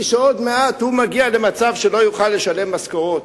שעוד מעט הוא מגיע למצב שלא יוכל לשלם משכורות!